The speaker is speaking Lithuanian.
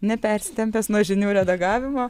nepersitempęs nuo žinių redagavimo